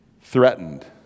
threatened